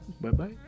Bye-bye